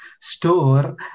store